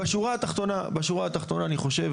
בשורה התחתונה, חברים, אני חושב